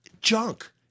junk